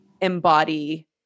embody